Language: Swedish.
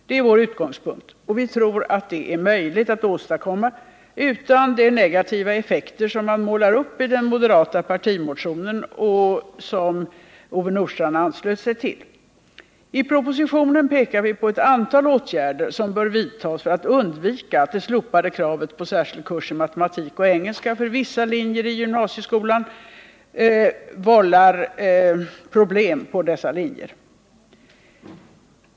Det är vår utgångspunkt, och vi tror att det är möjligt att åstadkomma detta utan att man får de negativa effekter som målas upp i den moderata partimotionen och som Ove Nordstrandh här talade om. I propositionen pekar vi på ett antal åtgärder som bör vidtas för att undvika att det slopade kravet på särskild kurs i matematik och engelska för tillträde till vissa linjer i gymnasieskolan skall vålla problem på dessa linjer.